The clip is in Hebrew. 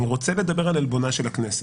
אני רוצה לדבר על עלבונה של הכנסת,